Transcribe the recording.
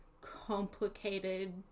complicated